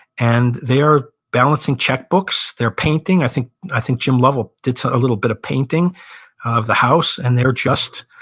and they are balancing checkbooks, they're painting. i think i think jim lovell did some, a little bit of painting of the house. and they're just,